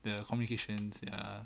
the communications ya